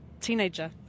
teenager